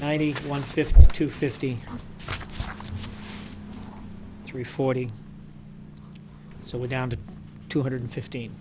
ninety one fifty two fifty three forty so we down to two hundred fifteen